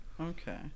Okay